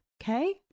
Okay